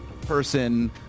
person